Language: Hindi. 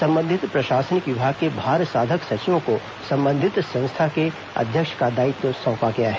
संबंधित प्रशासनिक विभाग के भार साधक सचिवों को संबंधित संस्था के अध्यक्ष का दायित्व सौंपा गया है